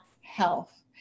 health